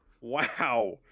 Wow